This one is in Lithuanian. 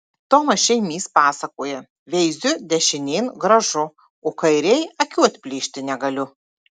tomas šėmys pasakoja veiziu dešinėn gražu o kairėj akių atplėšti negaliu